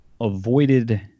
avoided